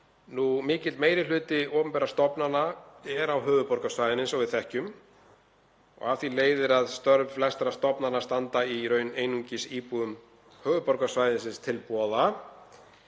Mikill meiri hluti opinberra stofnana er á höfuðborgarsvæðinu, eins og við þekkjum. Af því leiðir að störf flestra stofnana standa í raun einungis íbúum höfuðborgarsvæðisins til boða.